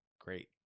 great